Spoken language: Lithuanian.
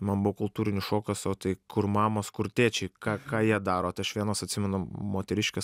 man buvo kultūrinis šokas o tai kur mamos kur tėčiai ką ką jie daro tai aš vienos atsimenu moteriškės